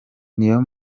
niyo